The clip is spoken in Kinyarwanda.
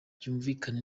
byumvikane